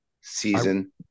season